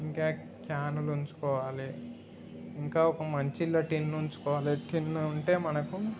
ఇంకా క్యానులు ఉంచుకోవాలి ఇంకా ఒక మంచీల టిన్ను ఉంచుకోవాలి టిన్ ఉంటే మనకి